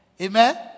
Amen